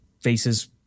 faces